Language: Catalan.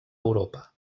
europa